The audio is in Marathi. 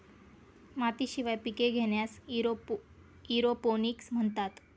मातीशिवाय पिके घेण्यास एरोपोनिक्स म्हणतात